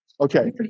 Okay